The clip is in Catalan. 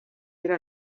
era